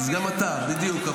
אז גם אתה, בדיוק.